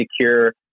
secure